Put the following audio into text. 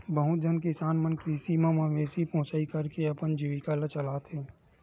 बहुत झन किसान मन कृषि म मवेशी पोसई करके अपन जीविका ल चलावत हे